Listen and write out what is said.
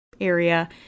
area